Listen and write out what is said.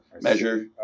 measure